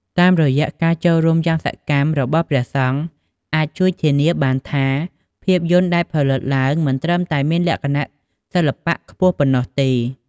តាមរយៈការចូលរួមយ៉ាងសកម្មរបស់ព្រះសង្ឃ អាចជួយធានាបានថា ភាពយន្តដែលផលិតឡើងមិនត្រឹមតែមានលក្ខណៈសិល្បៈខ្ពស់ប៉ុណ្ណោះទេ។